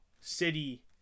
city